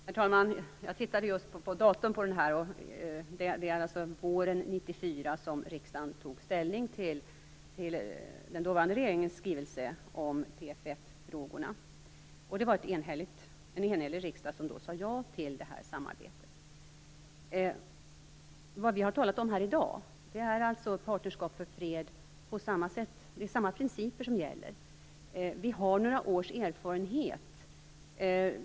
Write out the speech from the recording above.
Herr talman! Jag tittade just på datumet. Det var alltså våren 1994 som riksdagen tog ställning till den dåvarande regeringens skrivelse om PFF-frågorna. Det var en enhällig riksdag som då sade ja till samarbetet. Vad vi har talat om här i dag är alltså Partnerskap för fred, på samma sätt. Det är samma principer som gäller. Vi har några års erfarenhet.